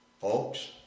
Folks